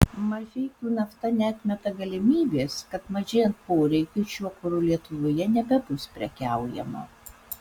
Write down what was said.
mažeikių nafta neatmeta galimybės kad mažėjant poreikiui šiuo kuru lietuvoje nebebus prekiaujama